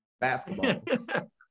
basketball